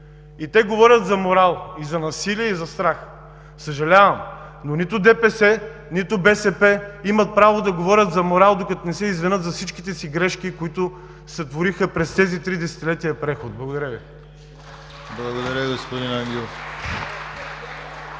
И те говорят за морал, и за насилие, и за страх?! Съжалявам, но нито ДПС, нито БСП имат право да говорят за морал, докато не се извинят за всичките си грешки, които сътвориха през тези три десетилетия преход. Благодаря Ви. (Ръкопляскания от